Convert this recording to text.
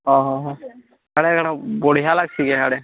ଅଃ ହ ଏଇଟା କାଣ ବଢ଼ିଆ ଲାଗ୍ସି ଇୟାଡ଼େ